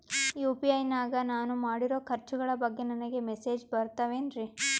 UPI ನಾಗ ನಾನು ಮಾಡಿರೋ ಖರ್ಚುಗಳ ಬಗ್ಗೆ ನನಗೆ ಮೆಸೇಜ್ ಬರುತ್ತಾವೇನ್ರಿ?